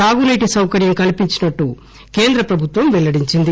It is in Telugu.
తాగునీటి సౌకర్యం కల్పించినట్టు కేంద్ర ప్రభుత్వం వెల్లడించింది